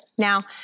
Now